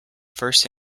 first